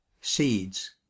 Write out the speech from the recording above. seeds